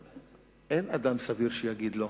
אין אדם סביר שיגיד לא,